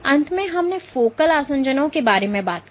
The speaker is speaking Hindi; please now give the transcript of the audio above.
और अंत में हमने फोकल आसंजनों के बारे में बात की